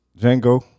Django